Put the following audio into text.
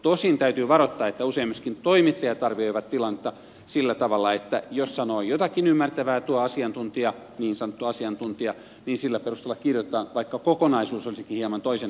tosin täytyy varoittaa että usein myöskin toimittajat arvioivat tilannetta sillä tavalla että jos sanoo jotakin ymmärrettävää tuo asiantuntija niin sanottu asiantuntija niin sillä perusteella kirjoitetaan vaikka kokonaisuus olisikin hieman toisen näköinen